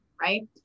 Right